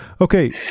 okay